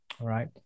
right